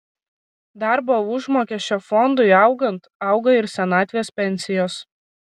darbo užmokesčio fondui augant auga ir senatvės pensijos